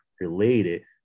related